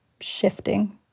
shifting